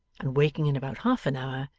and waking in about half an hour,